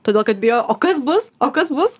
todėl kad bijo o kas bus o kas bus